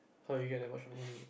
how did you get that much money